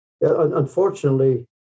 unfortunately